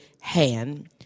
hand